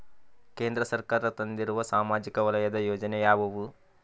ಕೇಂದ್ರ ಸರ್ಕಾರ ತಂದಿರುವ ಸಾಮಾಜಿಕ ವಲಯದ ಯೋಜನೆ ಯಾವ್ಯಾವು?